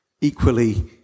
equally